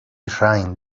rain